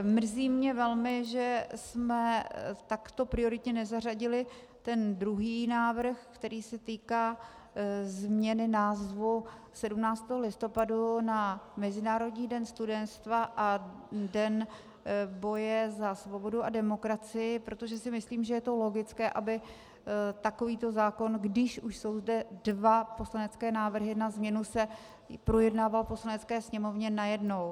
Mrzí mě velmi, že jsme takto prioritně nezařadili druhý návrh, který se týká změny názvu 17. listopadu na Mezinárodní den studentstva a den boje za svobodu a demokracii, protože si myslím, že je to logické, aby takovýto zákon, když už jsou zde dva poslanecké návrhy na změnu, se projednával v Poslanecké sněmovně najednou.